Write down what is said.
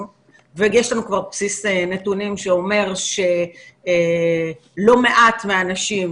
ויש לנו כבר בסיס נתונים שאומר שלא מעט מאנשים,